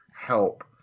help